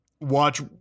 watch